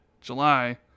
July